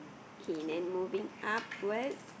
okay then moving upwards